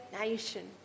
nation